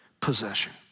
possession